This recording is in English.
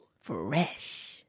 Fresh